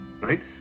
right